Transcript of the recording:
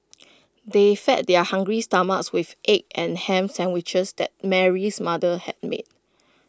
they fed their hungry stomachs with the egg and Ham Sandwiches that Mary's mother had made